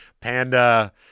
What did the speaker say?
Panda